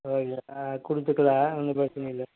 okay ஆ கொடுத்துக்கலாம் ஒன்றும் பிரச்சனை இல்லை